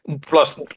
Plus